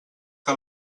que